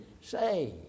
Say